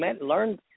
learn